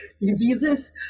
diseases